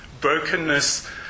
Brokenness